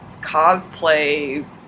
cosplay